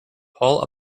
paul